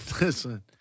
Listen